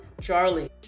Charlie